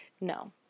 no